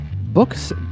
Books